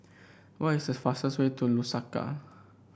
what is the fastest way to Lusaka